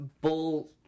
Bull